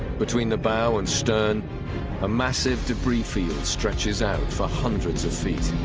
between the bow and stern a massive debris field stretches out for hundreds of feet